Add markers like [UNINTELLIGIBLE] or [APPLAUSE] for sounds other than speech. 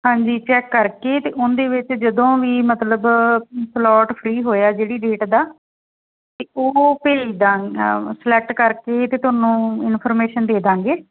ਹਾਂਜੀ ਚੈੱਕ ਕਰਕੇ ਅਤੇ ਉਹਦੇ ਵਿੱਚ ਜਦੋਂ ਵੀ ਮਤਲਬ ਸਲੋਟ ਫਰੀ ਹੋਇਆ ਜਿਹੜੀ ਡੇਟ ਦਾ ਤਾਂ ਉਹ ਭੇਜ ਦਾਂ [UNINTELLIGIBLE] ਸਲੈਕਟ ਕਰਕੇ ਅਤੇ ਤੁਹਾਨੂੰ ਇਨਫੋਰਮੇਸ਼ਨ ਦੇ ਦਾਂਗੇ